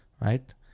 right